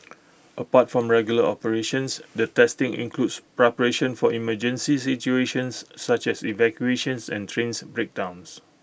apart from regular operations the testing includes preparation for emergency situations such as evacuations and trains breakdowns